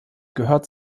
gehört